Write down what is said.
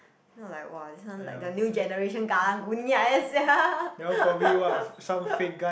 not like !wah! this one like the new generation Karang-Guni like that sia